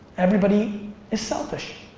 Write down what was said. everybody is selfish.